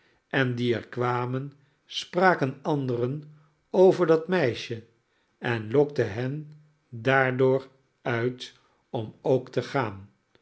en die er kwamen spraken anderen over dat meisje en lokten hen daardoor uit om ook te gaan